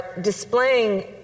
displaying